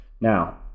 Now